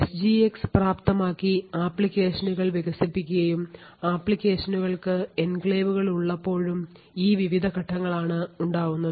SGX പ്രാപ്തമാക്കി അപ്ലിക്കേഷനുകൾ വികസിപ്പിക്കുകയും അപ്ലിക്കേഷനുകൾക്ക് എൻക്ലേവുകൾ ഉള്ളപ്പോഴും ഈ വിവിധ ഘട്ടങ്ങളാണ് ഉണ്ടാവുന്നത്